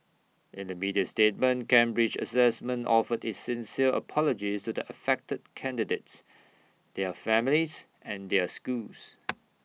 in A media statement Cambridge Assessment offered its sincere apologies to the affected candidates their families and their schools